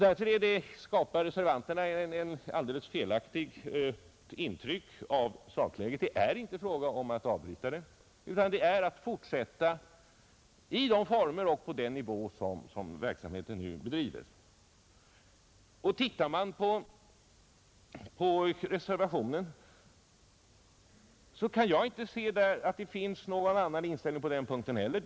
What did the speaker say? Därför skapar reservanterna ett alldeles felaktigt intryck av saken som sådan. Det är icke fråga om att avbryta bidragsgivningen, utan om att fortsätta i de former och på den nivå där verksamheten nu bedrivs. Jag kan inte se att det i reservationen finns någon annan inställning på den punkten heller.